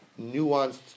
nuanced